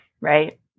Right